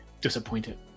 disappointed